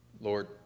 Lord